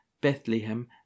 bethlehem